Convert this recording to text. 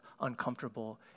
uncomfortable